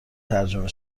ترجمه